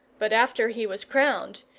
but after he was crowned,